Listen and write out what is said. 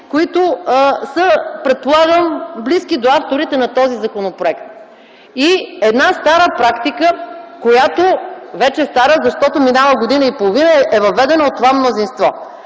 които са предполагам близки до авторите на този законопроект. Една стара практика, вече стара защото минава година и половина, която е въведена от това мнозинство